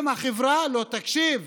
אם החברה לא תקשיב